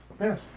Yes